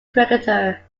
cricketer